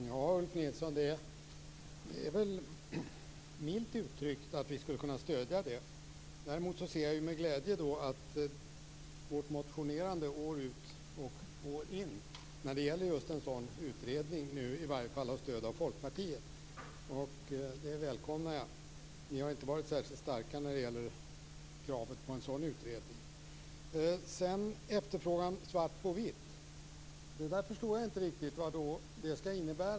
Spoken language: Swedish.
Herr talman! Det var milt uttryckt att vi skall kunna ge ett stöd. Jag ser med glädje att vårt motionerande år efter år om en sådan utredning i varje fall har fått stöd av Folkpartiet. Det välkomnar jag. Ni har inte varit särskilt starka i kravet på en sådan utredning. Sedan var det svart på vitt på efterfrågan. Jag förstår inte riktigt vad det skall innebära.